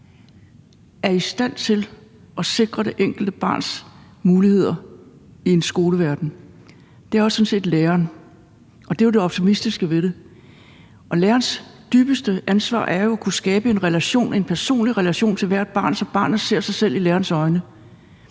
er i stand til at sikre det enkelte barns muligheder i en skoleverden, så er det sådan set læreren. Det er det optimistiske ved det. Og lærernes dybeste ansvar er jo at kunne skabe en personlig relation til hvert barn, så barnet ser sig selv i lærernes øjne